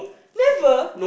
never